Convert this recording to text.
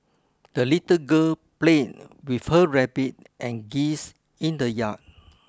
the little girl played with her rabbit and geese in the yard